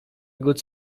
good